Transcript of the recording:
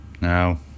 Now